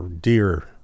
deer